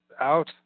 out